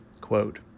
quote